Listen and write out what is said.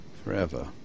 forever